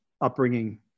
upbringing